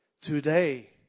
today